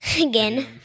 again